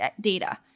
Data